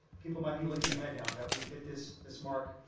people might be looking ahead now that we've hit this this mark.